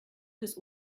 des